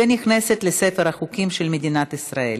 ונכנסת לספר החוקים של מדינת ישראל.